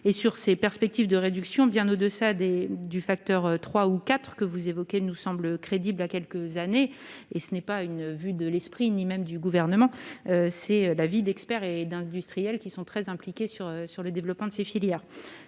égard, des perspectives de réduction bien en deçà du facteur 3 ou 4 que vous évoquez nous semblent crédibles d'ici à quelques années. Ce n'est pas une vue de l'esprit, ni même du Gouvernement. C'est le point de vue d'experts et d'industriels très impliqués dans le développement de ces filières.